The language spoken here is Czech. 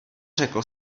řekl